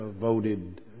voted